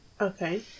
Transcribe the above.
Okay